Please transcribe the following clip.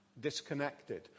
disconnected